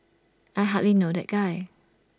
I hardly know that guy